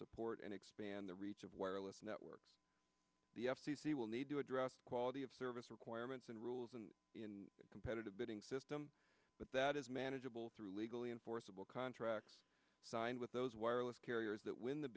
support and expand the reach of wireless networks the f c c will need to address quality of service requirements and rules and in a competitive bidding system but that is manageable through legally enforceable contract signed with those wireless carriers that win the